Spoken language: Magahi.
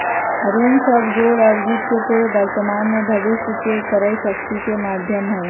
ऋण सब जोड़ अर्जित के पूर्व वर्तमान में भविष्य के क्रय शक्ति के माध्यम हइ